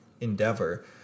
endeavor